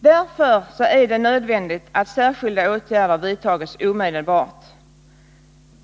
Därför är det nödvändigt att särskilda åtgärder vidtas omedelbart.